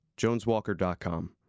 joneswalker.com